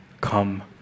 Come